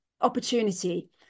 opportunity